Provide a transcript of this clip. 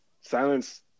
Silence